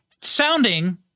sounding